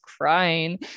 crying